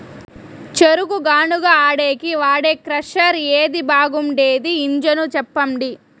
చెరుకు గానుగ ఆడేకి వాడే క్రషర్ ఏది బాగుండేది ఇంజను చెప్పండి?